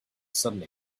sudden